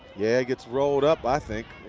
yeah, it gets rolled up i think.